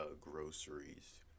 groceries